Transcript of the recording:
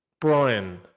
Brian